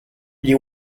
gli